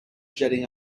jetting